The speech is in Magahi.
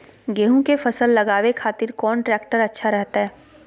गेहूं के फसल लगावे खातिर कौन ट्रेक्टर अच्छा रहतय?